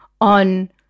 on